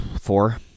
Four